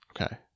Okay